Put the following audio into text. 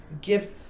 give